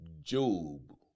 Job